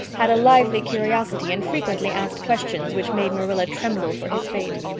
had a lively curiosity, and frequently asked questions which made marilla tremble for his fate.